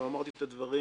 גם אמרתי את הדברים,